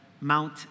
Mount